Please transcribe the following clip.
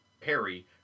perry